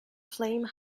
flame